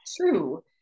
true